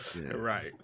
right